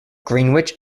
greenwich